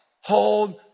Hold